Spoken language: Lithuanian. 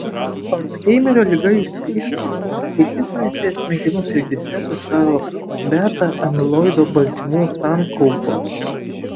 alzheimerio liga išsivysto kai kritinėse smegenų srityse susidaro beta amiloido baltymų sankaupos